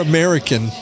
American